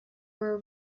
were